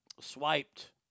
swiped